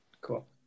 Cool